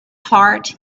heart